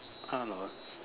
art lor